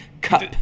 cup